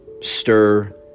stir